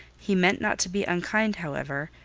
he meant not to be unkind, however,